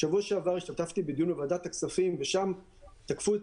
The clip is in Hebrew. בשבוע שעבר השתתפתי בדיון בוועדת הכספים ושם תקפו את